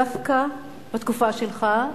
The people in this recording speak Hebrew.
דווקא בתקופה שלך,